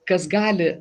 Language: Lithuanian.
kas gali